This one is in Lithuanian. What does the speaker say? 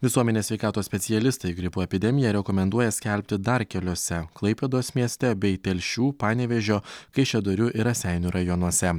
visuomenės sveikatos specialistai gripo epidemiją rekomenduoja skelbti dar keliose klaipėdos mieste bei telšių panevėžio kaišiadorių ir raseinių rajonuose